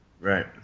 Right